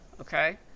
okay